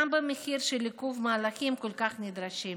גם במחיר של עיכוב מהלכים כל כך נדרשים.